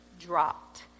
dropped